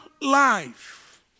life